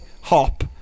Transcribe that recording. hop